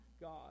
God